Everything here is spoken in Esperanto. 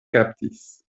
kaptis